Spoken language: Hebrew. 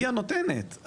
היא הנותנת.